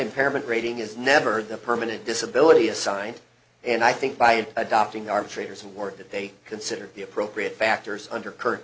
impairment rating is never the permanent disability assigned and i think by adopting arbitrators work that they consider the appropriate factors under current